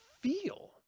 feel